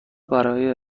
برای